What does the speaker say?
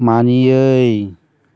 मानियै